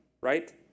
right